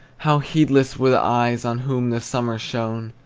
how heedless were the eyes on whom the summer shone!